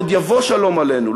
"עוד יבוא שלום עלינו",